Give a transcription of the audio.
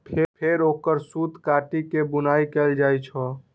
फेर ओकर सूत काटि के बुनाइ कैल जाइ छै